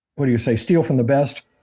what do you say, steal from the best?